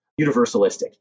universalistic